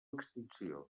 extinció